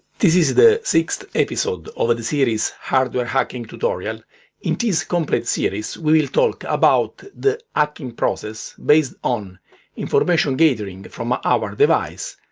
this is the sixth episode of the series hardware hacking tutorial in this complete series we will talk about the hacking process based on information gathering from our device.